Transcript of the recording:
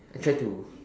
I try to